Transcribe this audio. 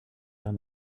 down